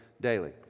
daily